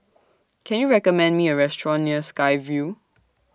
Can YOU recommend Me A Restaurant near Sky Vue